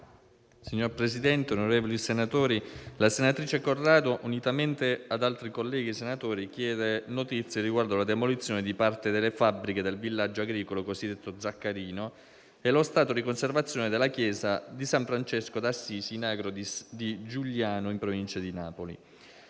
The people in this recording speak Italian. Signor Presidente, onorevoli senatori, la senatrice Corrado, unitamente ad altri colleghi senatori, chiede notizie sulla demolizione di parte delle fabbriche del villaggio agricolo cosiddetto Zaccarino e sullo stato di conservazione della chiesa di San Francesco d'Assisi, in agro di Giugliano, in provincia di Napoli.